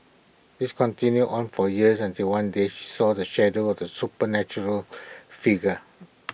this continued on for years until one day she saw the shadow of the supernatural figure